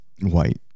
White